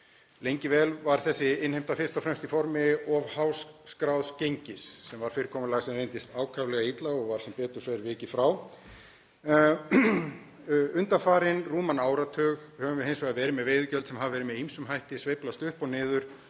Lengi vel var þessi innheimta fyrst og fremst í formi of hás skráðs gengis sem var fyrirkomulag sem reyndist ákaflega illa og var sem betur fer vikið frá. Undanfarinn rúman áratug höfum við hins vegar verið með veiðigjöld sem hafa verið með ýmsum hætti, sveiflast upp og niður